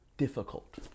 Difficult